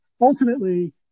Ultimately